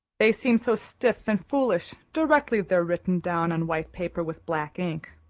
they seem so still and foolish directly they're written down on white paper with black ink.